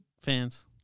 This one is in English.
fans